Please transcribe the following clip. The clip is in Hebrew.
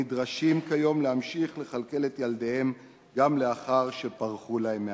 הנדרשים כיום להמשיך לכלכל את ילדיהם גם לאחר שפרחו להם מהקן.